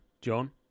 John